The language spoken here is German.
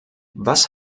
was